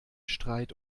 streit